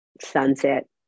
Sunset